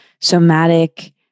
somatic